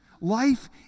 life